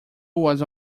was